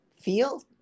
feel